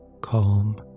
Calm